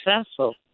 successful